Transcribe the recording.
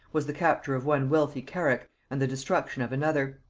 was the capture of one wealthy carrack and the destruction of another.